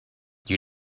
you